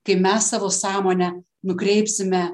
kai mes savo sąmonę nukreipsime